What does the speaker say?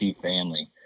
family